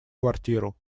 квартиру